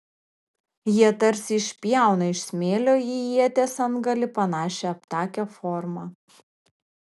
jie tarsi išpjauna iš smėlio į ieties antgalį panašią aptakią formą